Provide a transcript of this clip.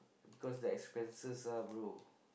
cause the expenses ah bro